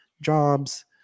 jobs